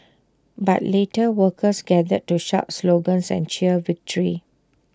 but later workers gathered to shout slogans and cheer victory